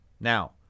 Now